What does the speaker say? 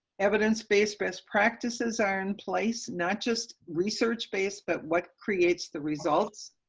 evidence-based best practices are in place, not just research-based, but what creates the results.